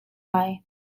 lai